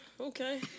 okay